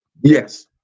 Yes